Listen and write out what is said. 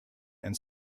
and